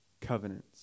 covenants